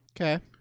Okay